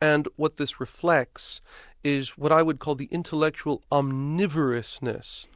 and what this reflects is what i would call the intellectual omnivorousness